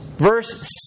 Verse